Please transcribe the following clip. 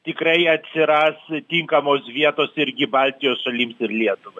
tikrai atsiras tinkamos vietos irgi baltijos šalims ir lietuvai